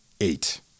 eight